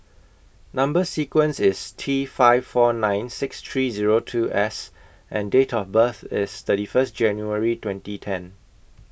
Number sequence IS T five four nine six three Zero two S and Date of birth IS thirty First January twenty ten